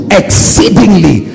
exceedingly